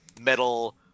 metal